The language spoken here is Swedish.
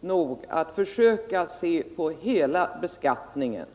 nog att försöka se på hela beskattningen.